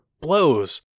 blows